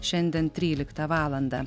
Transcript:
šiandien tryliktą valandą